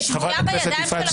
ששבויה בידיים של הממשלה?